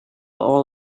all